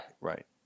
Right